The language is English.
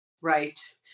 Right